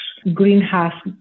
greenhouse